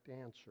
answer